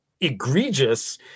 egregious